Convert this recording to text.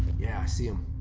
yeah i see em.